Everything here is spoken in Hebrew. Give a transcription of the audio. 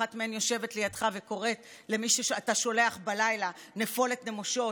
אחת מהם יושבת לידך וקוראת למישהו שאתה שולח בלילה "נפולת נמושות".